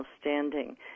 standing